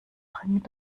dringend